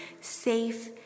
safe